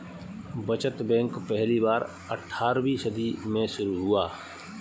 बचत बैंक पहली बार अट्ठारहवीं सदी में शुरू हुआ